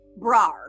bra